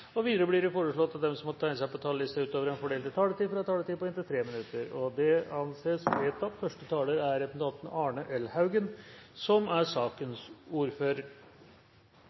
taletid. Videre blir det foreslått at de som måtte tegne seg på talerlisten utover den fordelte taletid, får en taletid på inntil 3 minutter. – Det anses vedtatt. Første taler er Olemic Thommessen, som får ordet for saksordfører Linda Hofstad Helleland. Linda Hofstad Helleland er